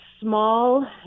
small